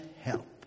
help